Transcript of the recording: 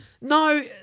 No